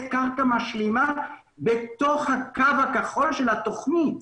קרקע משלימה בתוך הקו הכחול של התכנית.